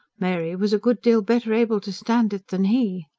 mary was a good deal better able to stand it than he.